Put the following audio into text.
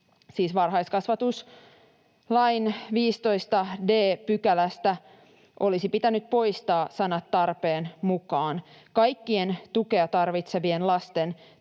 siis varhaiskasvatuslain 15 d §:stä olisi pitänyt poistaa sanat ”tarpeen mukaan”. Kaikkien tukea tarvitsevien lasten tuen